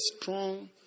strong